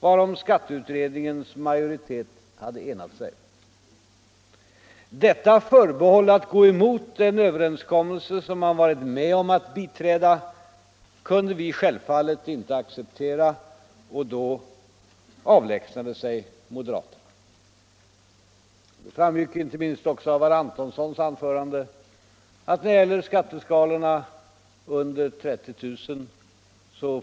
varom skatteutredningens majoritet hade enat sig. Detta förbehåll att gå emot en överenskommelse som man varit med om att biträda kunde vi självfallet inte acceptera, och då avlägsnade sig moderaterna. Det framgick inte minst av herr Antonssons anförande att när det gäller skatteskalorna för inkomst under 30 000 kr.